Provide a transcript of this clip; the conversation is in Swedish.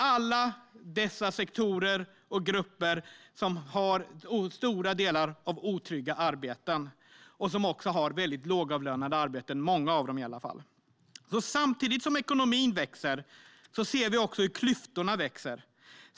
Alla dessa grupper har till stora delar otrygga arbeten, och många av dem är även lågavlönade. Samtidigt som ekonomin växer ser vi alltså hur klyftorna växer.